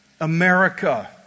America